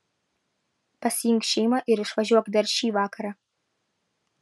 pasiimk šeimą ir išvažiuok dar šį vakarą